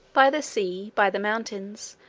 by the sea, by the mountains,